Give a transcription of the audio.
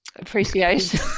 Appreciation